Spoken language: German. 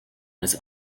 als